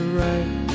right